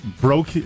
broke